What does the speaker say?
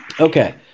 Okay